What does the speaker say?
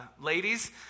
ladies